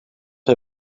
hij